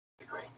agree